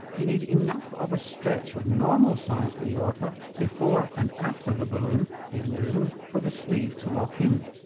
you need enough of a stretch of normal sized aorta before and after the balloon, the aneurysm, for the sleeve to lock in.